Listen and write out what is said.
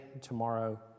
tomorrow